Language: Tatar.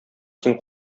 син